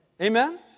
amen